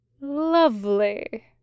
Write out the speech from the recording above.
Lovely